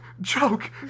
joke